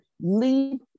leave